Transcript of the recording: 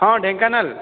ହଁ ଢେଙ୍କାନାଳ